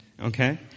okay